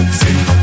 see